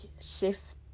shift